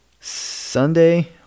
Sunday